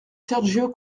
sergio